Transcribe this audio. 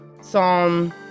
Psalm